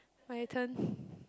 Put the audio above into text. my turn